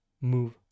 move